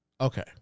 Okay